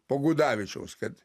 po gudavičiaus kad